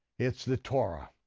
it's the torah,